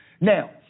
Now